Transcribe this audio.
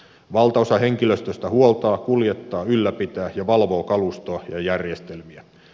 valta osa henkilöstöstä huoltaa kuljettaa ylläpitää ja valvoo kalustoa ja järjestelmiä